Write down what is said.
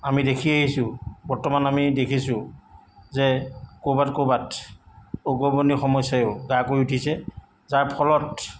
আমি দেখি আহিছো বৰ্তমান আমি দেখিছো যে ক'ৰবাত ক'ৰবাত উগ্ৰপন্থীৰ সমস্যাইও গা কৰি উঠিছে যাৰ ফলত